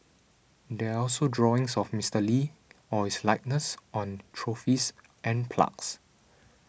there are also drawings of Mister Lee or his likeness on trophies and plugs